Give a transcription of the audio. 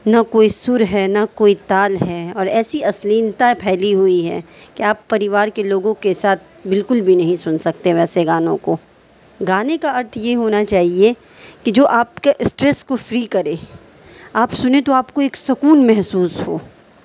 نہ کوئی سر ہے نہ کوئی تال ہے اور ایسی اشلیلتا پھیلی ہوئی ہے کہ آپ پریوار کے لوگوں کے ساتھ بالکل بھی نہیں سن سکتے ویسے گانوں کو گانے کا ارتھ یہ ہونا چاہیے کہ جو آپ کا اسٹریس کو فری کرے آپ سنیں تو آپ کو ایک سکون محسوس ہو